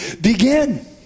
begin